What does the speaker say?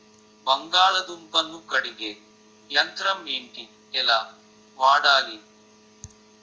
బంగాళదుంప ను కడిగే యంత్రం ఏంటి? ఎలా వాడాలి?